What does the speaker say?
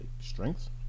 strength